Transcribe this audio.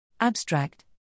Abstract